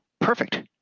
perfect